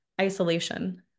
isolation